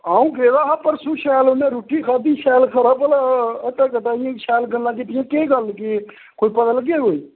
अ'ऊं गेदा हा परसूं शैल उन्ने रुट्टी खाद्धी शैल खरा भला हट्टा कट्टा इ'यां शैल गल्लां कीतियां इ'यां केह् गल्ल केह् कोई पता लग्गेआ कोई